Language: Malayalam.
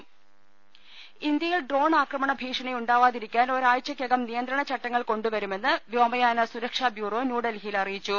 രുട്ട്ട്ട്ട്ട്ട്ട്ട ന ഇന്ത്യയിൽ ഡ്രോൺ ആക്രമണ ഭീഷണി ഉണ്ടാവാതിരിക്കാൻ ഒരാ ഴ്ചയ്ക്കകം നിയന്ത്രണ ചട്ടങ്ങൾ കൊണ്ടുവരുമെന്ന് വ്യോമയാന സുരക്ഷാ ബ്യൂറോ ന്യൂഡൽഹിയിൽ അറിയിച്ചു